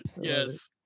Yes